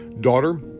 daughter